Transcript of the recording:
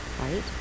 right